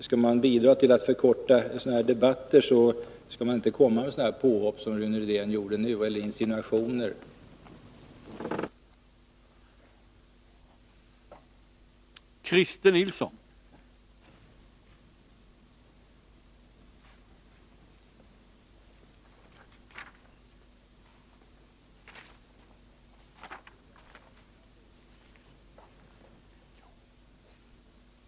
Skall man bidra till att förkorta sådana här debatter, skall man inte komma med sådana påhopp eller insinuationer som Rune Rydén gjorde nu.